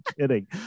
kidding